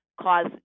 cause